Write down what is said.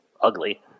ugly